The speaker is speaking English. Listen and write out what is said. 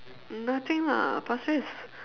nothing lah pasir-ris